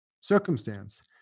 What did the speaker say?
circumstance